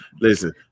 Listen